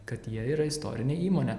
kad jie yra istorinė įmonė